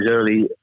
early